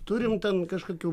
turim ten kažkokių